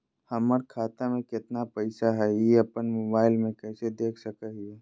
हमर खाता में केतना पैसा हई, ई अपन मोबाईल में कैसे देख सके हियई?